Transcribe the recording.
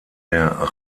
der